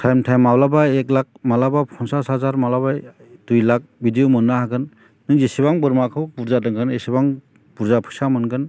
time time माब्लाबा एक लाख माब्लाबा फनसास हाजार माब्लाबा दुइ लाख बिदिबो मोननो हागोन नों जेसेबां बोरमाखौ बुरजा दोनगोन एसेबां बुरजा फैसा मोनगोन